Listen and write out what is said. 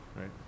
Right